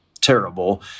terrible